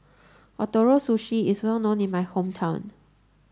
Ootoro Sushi is well known in my hometown